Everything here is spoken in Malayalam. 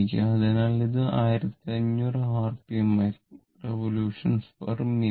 അതിനാൽ അത് 1500 rpm ആയിരിക്കും റിവൊല്യൂഷൻമിനിറ്റ്revolutionminute